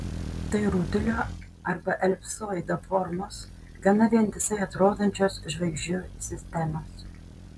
tai rutulio arba elipsoido formos gana vientisai atrodančios žvaigždžių sistemos